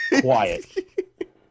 quiet